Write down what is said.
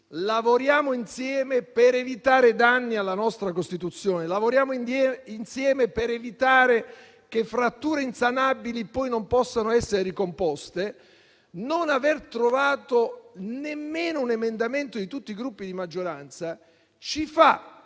lavorare insieme per evitare danni alla nostra Costituzione, per evitare che fratture insanabili poi non possano essere ricomposte, non aver trovato nemmeno un emendamento di tutti i Gruppi di maggioranza ci fa prevedere